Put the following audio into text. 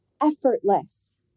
effortless